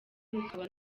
rukaba